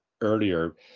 earlier